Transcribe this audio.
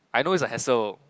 I know it's a hassle